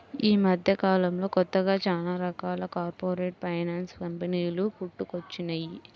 యీ మద్దెకాలంలో కొత్తగా చానా రకాల కార్పొరేట్ ఫైనాన్స్ కంపెనీలు పుట్టుకొచ్చినియ్యి